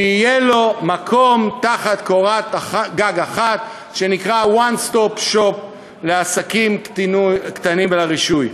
שיהיה לו מקום תחת קורת אחת שנקרא One Stop Shop לעסקים קטנים ולרישוי.